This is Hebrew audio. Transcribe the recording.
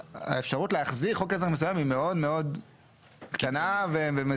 והאפשרות להחזיר חוק עזר מסוים היא מאוד קטנה ומסורבלת,